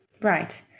right